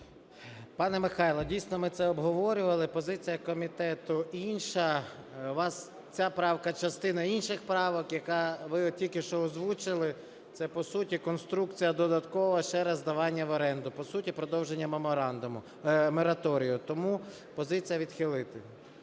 Пане Михайле, дійсно, ми це обговорювали, позиція комітету інша. Ваша ця правка, частина інших правок, яку ви тільки що озвучили, це по суті конструкція додаткова ще раз здавання в оренду, по суті продовження меморандуму… мораторію. Тому позиція – відхилити.